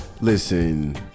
Listen